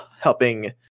helping